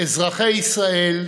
אזרחי ישראל,